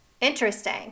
Interesting